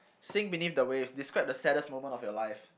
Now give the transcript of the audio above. sing beneath the waves describe the saddest moment of your life